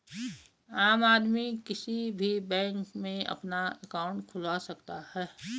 आम आदमी किसी भी बैंक में अपना अंकाउट खुलवा सकता है